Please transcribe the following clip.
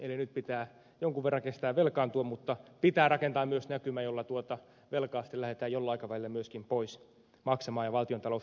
eli nyt pitää jonkun verran kestää velkaantua mutta pitää rakentaa myös näkymä jolla tuota velkaa sitten lähdetään jollain aikavälillä myöskin pois maksamaan ja valtiontalous tasapainotetaan